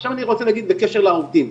עכשיו אני רוצה להגיד בקשר לעובדים.